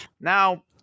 Now